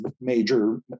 major